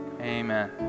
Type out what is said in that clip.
amen